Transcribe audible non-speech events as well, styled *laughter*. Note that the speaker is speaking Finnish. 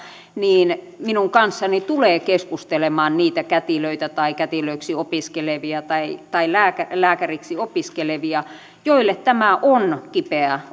niin minun kanssani tulee keskustelemaan niitä kätilöitä tai kätilöiksi opiskelevia tai tai lääkäriksi opiskelevia joille tämä on kipeä *unintelligible*